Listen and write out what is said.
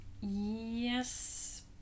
Yes